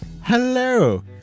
Hello